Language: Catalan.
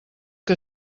que